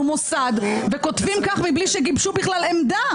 מוסד וכותבים כך מבלי שגיבשו בכלל עמדה.